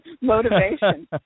motivation